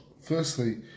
Firstly